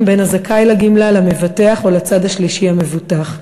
בין הזכאי לגמלה למבטח או לצד השלישי המבוטח.